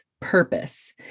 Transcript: purpose